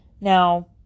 Now